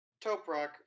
Toprock